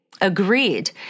Agreed